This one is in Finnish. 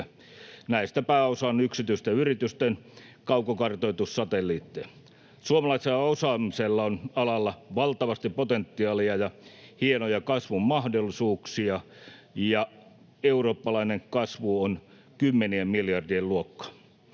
Näistä pääosa on yksityisten yritysten kaukokartoitussatelliitteja. Suomalaisella osaamisella on alalla valtavasti potentiaalia ja hienoja kasvun mahdollisuuksia, ja eurooppalainen kasvu on kymmenien miljardien luokkaa.